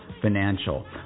Financial